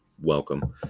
welcome